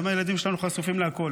היום הילדים שלנו חשופים לכול,